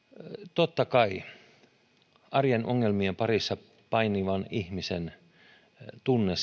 totta kai arjen ongelmien parissa painivan ihmisen tunne